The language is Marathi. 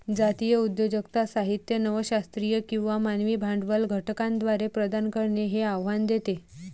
जातीय उद्योजकता साहित्य नव शास्त्रीय किंवा मानवी भांडवल घटकांद्वारे प्रदान करणे हे आव्हान देते